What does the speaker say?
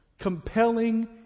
compelling